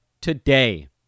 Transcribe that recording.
today